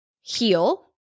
heal